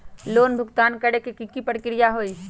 Loan भुगतान करे के की की प्रक्रिया होई?